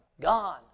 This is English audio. Gone